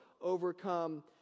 overcome